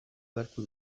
beharko